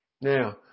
Now